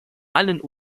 allen